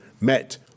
met